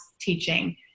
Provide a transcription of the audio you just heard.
teaching